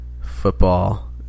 football